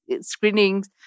screenings